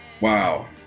wow